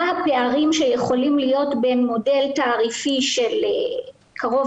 מה הפערים שיכולים להיות במודל תעריפי של קרוב